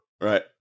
Right